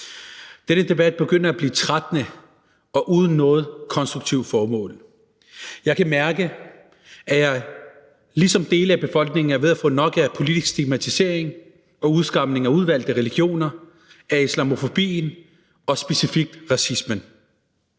Denne debat begynder at blive trættende og uden noget konstruktivt formål. Jeg kan mærke, at jeg ligesom dele af befolkningen er ved at få nok af politisk stigmatisering og udskamning af udvalgte religioner, af islamofobien og specifikt racismen.